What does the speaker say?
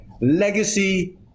legacy